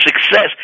success